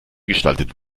gestaltet